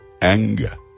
anger